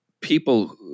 people